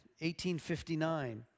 1859